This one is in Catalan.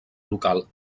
local